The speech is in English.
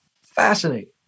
Fascinating